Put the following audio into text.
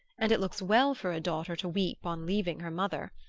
and it looks well for a daughter to weep on leaving her mother.